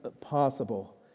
possible